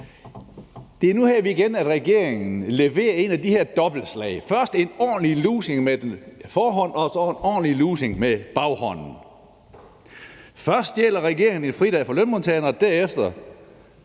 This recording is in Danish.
Det er igen her, hvor regeringen leverer et af de her dobbeltslag – først en ordentlig lussing med forhånden og så en ordentlig lussing med baghånden. Først stjæler regeringen en fridag fra lønmodtagerne